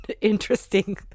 interesting